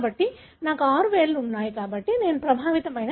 కాబట్టి నాకు ఆరు వేళ్లు ఉన్నాయి కాబట్టి నేను ప్రభావితమైన వ్యక్తిని